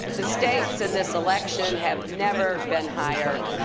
the stakes in this election have never been higher,